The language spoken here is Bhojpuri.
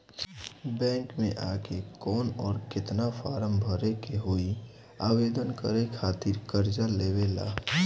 बैंक मे आ के कौन और केतना फारम भरे के होयी आवेदन करे के खातिर कर्जा लेवे ला?